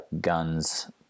guns